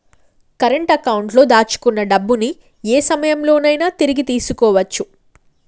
current అకౌంట్లో దాచుకున్న డబ్బుని యే సమయంలోనైనా తిరిగి తీసుకోవచ్చు